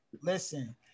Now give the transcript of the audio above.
Listen